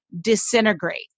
disintegrate